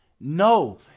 No